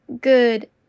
good